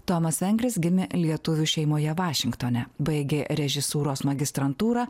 tomas vengris gimė lietuvių šeimoje vašingtone baigė režisūros magistrantūrą